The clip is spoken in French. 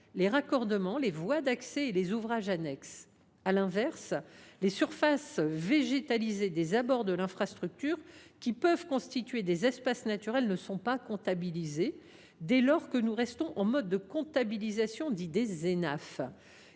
les raccordements, les voies d’accès et les ouvrages annexes. À l’inverse, les surfaces végétalisées des abords de l’infrastructure, qui peuvent constituer des espaces naturels, ne sont pas comptabilisées, dès lors que nous restons en mode de comptabilisation dit des Enaf.